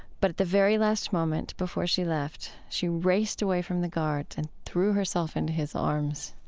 but at the very last moment before she left, she raced away from the guards and threw herself into his arms.